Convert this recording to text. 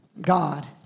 God